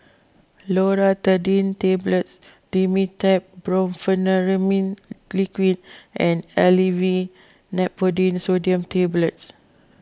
Loratadine Tablets Dimetapp Brompheniramine Liquid and Aleve Naproxen Sodium Tablets